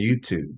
YouTube